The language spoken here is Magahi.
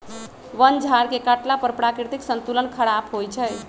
वन झार के काटला पर प्राकृतिक संतुलन ख़राप होइ छइ